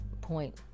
point